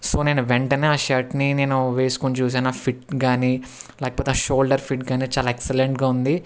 so నేను వెంటనే ఆ షర్ట్ని నేను వేసుకోని చూసాను ఆ ఫిట్ కానీ లేకపోతే ఆ షోల్డర్ ఫిట్ కానీ చాలా ఎక్సెలెంట్గా ఉందీ